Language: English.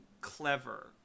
clever